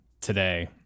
today